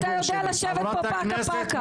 אתה יודע לשבת פה פקה-פקה.